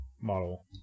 model